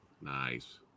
Nice